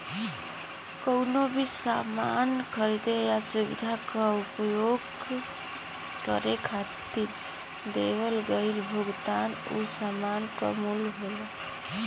कउनो भी सामान खरीदे या सुविधा क उपभोग करे खातिर देवल गइल भुगतान उ सामान क मूल्य होला